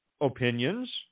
opinions